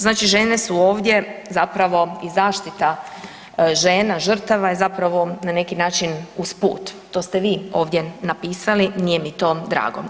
Znači žene su ovdje zapravo i zaštita žena, žrtava je zapravo na neki način usput, to ste vi ovdje napisali, nije mi to drago.